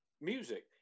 music